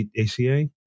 ACA